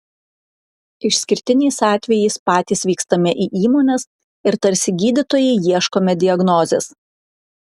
išskirtiniais atvejais patys vykstame į įmones ir tarsi gydytojai ieškome diagnozės